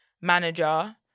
manager